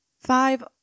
Five